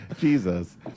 Jesus